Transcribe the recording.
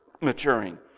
Maturing